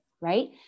right